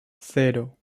cero